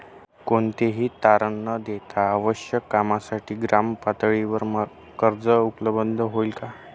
कोणतेही तारण न देता आवश्यक कामासाठी ग्रामपातळीवर कर्ज उपलब्ध होईल का?